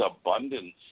abundance